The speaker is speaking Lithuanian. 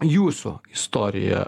jūsų istorija